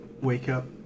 wake-up